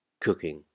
cooking